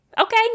Okay